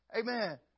Amen